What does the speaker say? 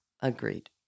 agreed